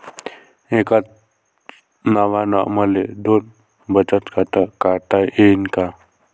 एकाच नावानं मले दोन बचत खातं काढता येईन का?